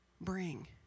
bring